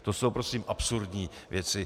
To jsou prosím absurdní věci.